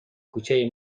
کوچه